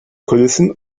kulissen